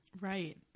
Right